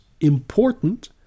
important